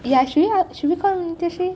ya should we should we call nitish in